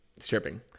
stripping